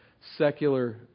secular